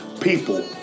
people